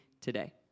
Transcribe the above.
today